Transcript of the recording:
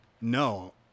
no